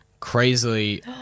Crazily